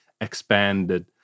expanded